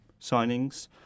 signings